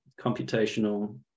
computational